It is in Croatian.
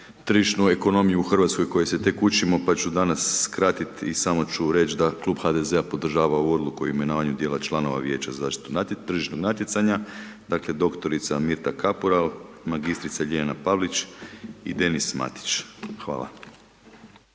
tržišnu ekonomiju u Hrvatskoj, kojoj se tek učimo, pa ću danas skratiti i samo ću reći da Klub HDZ-a podržava ovu Odluku o imenovanju dijela članova Vijeća za zaštitu tržišnog natjecanja, dakle doktorica Mirta Kapural, magistrica Ljiljana Pavlić i Denis Matić. Hvala.